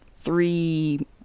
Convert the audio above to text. three